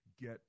get